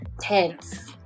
tense